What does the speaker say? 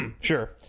Sure